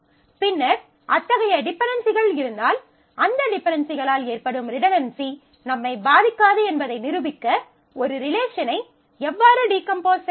பின்னர் அத்தகைய டிபென்டென்சிகள் இருந்தால் அந்த டிபென்டென்சிகளால் ஏற்படும் ரிடன்டன்சி நம்மை பாதிக்காது என்பதை நிரூபிக்க ஒரு ரிலேஷனை எவ்வாறு டீகம்போஸ் செய்வது